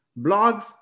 blogs